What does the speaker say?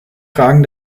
fragen